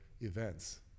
events